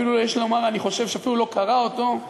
אני חושב שאפילו לא קרא אותו,